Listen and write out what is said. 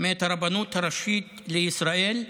מאת הרבנות הראשית לישראל.